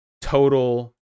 total